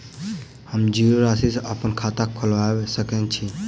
हम जीरो राशि सँ अप्पन खाता खोलबा सकै छी?